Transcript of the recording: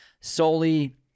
solely